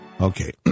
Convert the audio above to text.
Okay